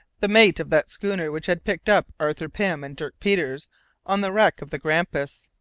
the mate of that schooner which had picked up arthur pym and dirk peters on the wreck of the grampus,